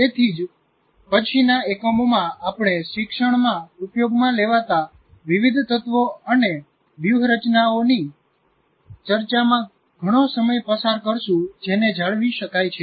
તેથી જ પછીના એકમોમાં આપણે શિક્ષણમાં ઉપયોગમાં લેવાતા વિવિધ તત્વો અને વ્યૂહરચનાઓની ચર્ચામાં ઘણો સમય પસાર કરશું જેને જાળવી શકાય છે